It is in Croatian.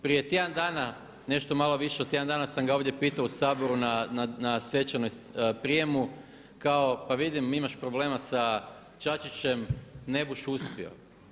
Prije tjedan dana, nešto malo više od tjedan sam ga ovdje pitao u Saboru na svečanom prijemu, kao pa vidim imaš problema sa Čačićem, ne budeš uspio.